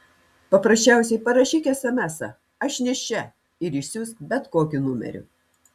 paprasčiausiai parašyk esemesą aš nėščia ir išsiųsk bet kokiu numeriu